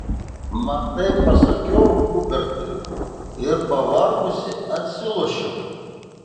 matai pasakiau hubertui ir pavargusi atsilošiau